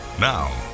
Now